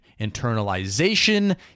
Internalization